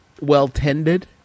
well-tended